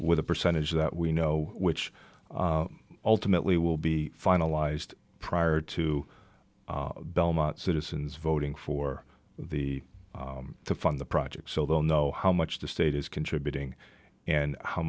with a percentage that we know which ultimately will be finalized prior to belmont citizens voting for the fund the project so they'll know how much the state is contributing and how